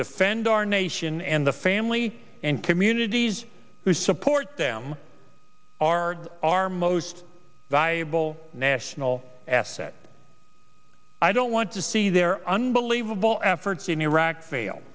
defend our nation and the family and communities who support them are our most valuable national asset i don't want to see their unbelievable efforts in iraq fail